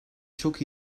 çok